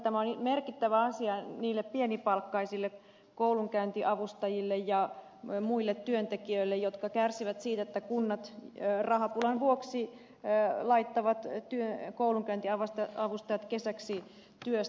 tämä on merkittävä asia niille pienipalkkaisille koulunkäyntiavustajille ja muille työntekijöille jotka kärsivät siitä että kunnat rahapulan vuoksi laittavat koulunkäyntiavustajat kesäksi työstä pois